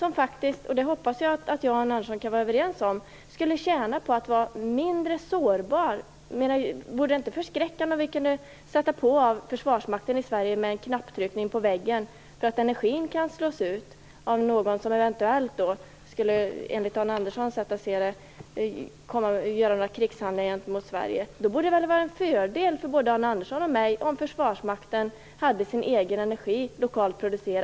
Jag hoppas att jag och Arne Andersson är överens om att Försvarsmakten skulle tjäna på att vara mindre sårbar. Vore det inte förskräckligt om vi kunde sätta på och stänga av Försvarsmakten i Sverige genom att trycka på en knapp på väggen, eftersom energin, enligt Arne Anderssons sätt att se det, kan slås ut av någon som utför krigshandlingar gentemot Sverige? Då borde det vara en fördel för både Arne Andersson och mig om Försvarsmakten hade sin egen lokalt producerade energi.